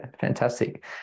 fantastic